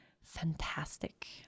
fantastic